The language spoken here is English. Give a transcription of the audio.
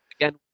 Again